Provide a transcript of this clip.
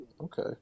okay